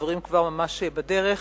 הדברים כבר ממש בדרך,